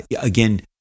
again